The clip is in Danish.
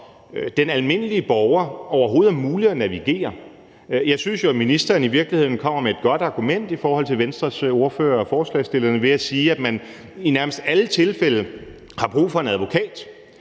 den almindelige borger overhovedet er muligt at navigere i det? Jeg synes jo, at ministeren i virkeligheden kommer med et godt argument over for Venstres ordfører og forslagsstillerne ved at sige, at man i nærmest alle tilfælde har brug for en advokat.